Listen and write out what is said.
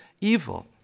evil